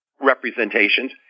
representations